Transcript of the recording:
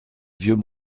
vieux